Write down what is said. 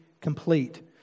complete